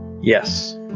Yes